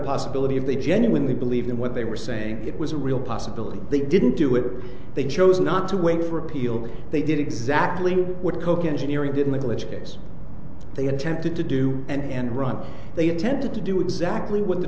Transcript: possibility if they genuinely believe in what they were saying it was a real possibility they didn't do it they chose not to wait for appeal they did exactly what coke engineering did in the glitch case they attempted to do and run they attempted to do exactly what the